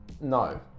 No